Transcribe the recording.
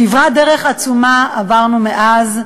כברת דרך עצומה עברנו מאז.